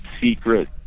secret